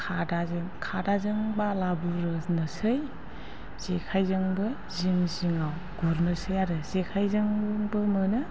खादाजों बाला बुरनोसै जेखाइजोंबो जिं जिङाव गुरनोसै आरो जेखाइजोंबो मोनो